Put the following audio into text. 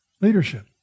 leadership